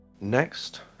Next